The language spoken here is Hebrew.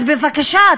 אז בבקשה,